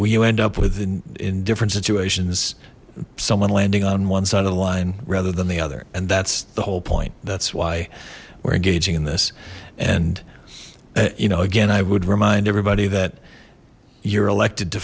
will you end up within in different situations someone landing on one side of the line rather than the other and that's the whole point that's why we're engaging in this and you know again i would remind everybody that you're elected to